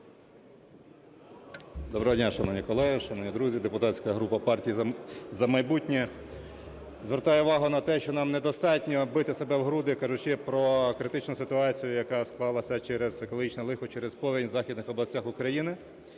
Доброго дня, шановні колеги! Шановні друзі, депутатська група партії "За майбутнє" звертає увагу на те, що нам недостатньо бити себе в груди, кажучи про критичну ситуацію, яка склалася через екологічне лихо – через повінь у західних областях України.